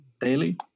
Daily